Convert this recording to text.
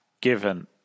given